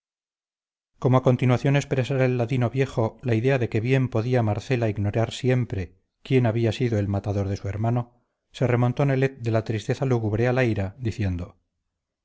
como a continuación expresara el ladino viejo la idea de que bien podía marcela ignorar siempre quién había sido el matador de su hermano se remontó nelet de la tristeza lúgubre a la ira diciendo